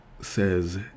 says